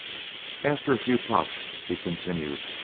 after a few puffs he continued